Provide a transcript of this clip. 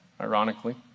ironically